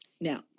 Now